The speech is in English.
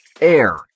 Air